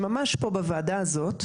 שממש פה בוועדה הזו,